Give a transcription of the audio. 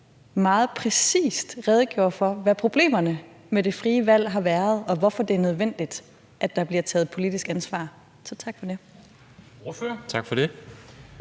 meget præcist redegjorde for, hvad problemerne med det frie valg har været, og hvorfor det er nødvendigt, at der bliver taget politisk ansvar. Så tak for det.